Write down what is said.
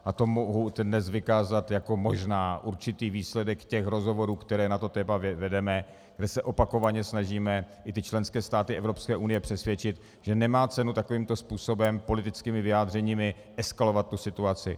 A to mohu dnes vykázat jako možná určitý výsledek rozhovorů, které na toto téma vedeme, kde se opakovaně snažíme i ty členské státy Evropské unie přesvědčit, že nemá cenu takovýto způsobem, politickými vyjádřeními, eskalovat situaci.